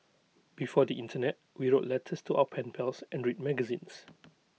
before the Internet we wrote letters to our pen pals and read magazines